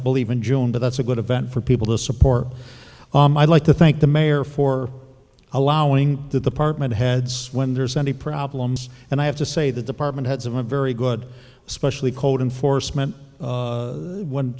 believe in june but that's a good event for people to support i like to thank the mayor for allowing the department heads when there's any problems and i have to say the department heads of a very good especially code enforcement when